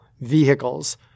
vehicles